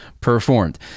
performed